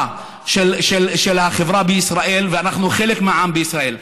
של החברה בישראל ואנחנו חלק מהעם בישראל.